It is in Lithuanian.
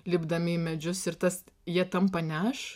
lipdami į medžius ir tas jie tampa ne aš